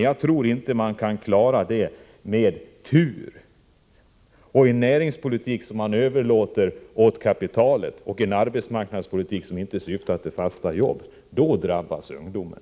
Jag tror inte att man klarar detta med tur — och en näringspolitik som man överlåter till kapitalet och en arbetsmarknadspolitik som inte syftar till fasta jobb. Då drabbas ungdomen.